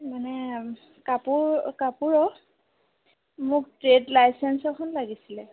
মানে কাপোৰ কাপোৰৰ মোক ট্ৰেড লাইচেঞ্চ এখন লাগিছিলে